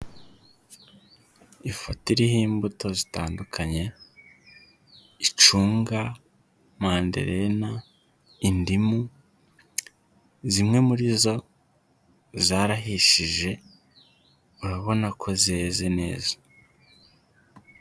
Ifoto iriho imbuto zitandukanye: icunga, manderena, indimu, zimwe muri zo zarahishije urabona ko zeze neza.